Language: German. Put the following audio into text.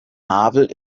havel